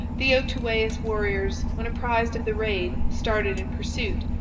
the outaouais warriors, when apprised of the raid, started in pursuit,